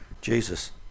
Jesus